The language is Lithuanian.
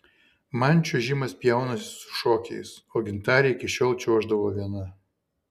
man čiuožimas pjaunasi su šokiais o gintarė iki šiol čiuoždavo viena